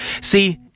See